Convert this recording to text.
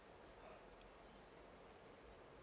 uh